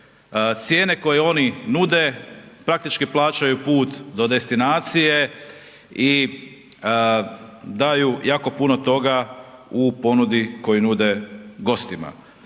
cijene koju oni nude, praktički plaćaju put do destinacije i daju jako puno toga u ponudi koju nude gostima.